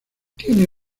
tiene